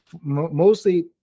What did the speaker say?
Mostly